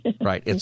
right